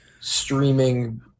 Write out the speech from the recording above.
streaming